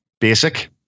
basic